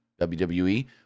WWE